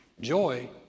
Joy